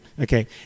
Okay